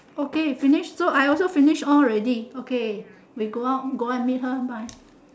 okay finish so I also finish all already okay we go out go out meet her bye